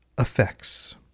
effects